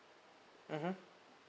mmhmm